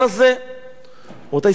רבותי, סוף לצביעות.